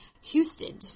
Houston